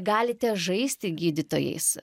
galite žaisti gydytojais